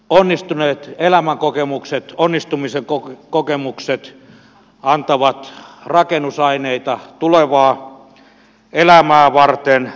onnistuneet elämänkokemukset onnistumisen kokemukset antavat rakennusaineita tulevaa elämää varten